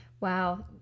wow